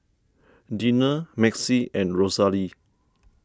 Dina Maxie and Rosalie